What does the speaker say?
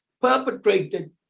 perpetrated